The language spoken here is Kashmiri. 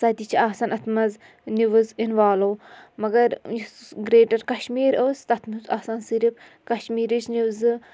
سۄ تہِ چھِ آسان اَتھ منٛز نِوٕز اِنوالو مگر یُس گرٛیٹَر کَشمیٖر ٲس تَتھ منٛز آسان صِرف کَشمیٖرٕچ نِوزٕ